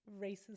racist